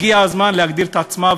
הגיע הזמן שתגדיר את עצמה,